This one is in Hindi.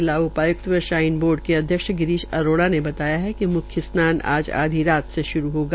जिला उपायुक्त व श्राइन बोर्ड के अध्यक्ष गिरीश अरोड़ा ने बताया कि मुख्य स्नान आज आधी रात से श्रू होगा